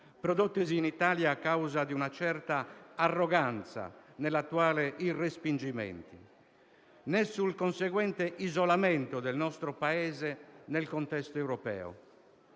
prodottesi in Italia a causa di una certa arroganza negli attuali respingimenti, né sul conseguente isolamento del nostro Paese nel contesto europeo.